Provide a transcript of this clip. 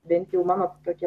bent jau mano tokie